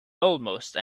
almost